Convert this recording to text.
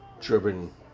driven